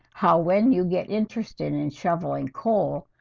how when you get interested in shoveling coal,